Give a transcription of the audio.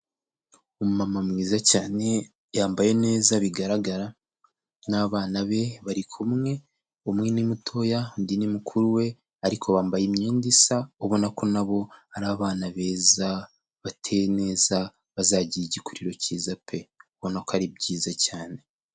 Umama mwiza cyane yambaye neza bigaragara n'abana be bari kumwe, umwe ni mutoya undi ni mukuru we ariko bambaye imyenda isa, ubona ko na bo ari abana beza, bateye neza, bazagira igikuriro cyiza pe! Ubona ko ari byiza cyane.